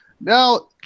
Now